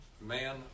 Man